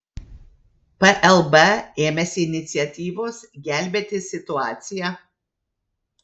plb ėmėsi iniciatyvos gelbėti situaciją